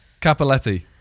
Capaletti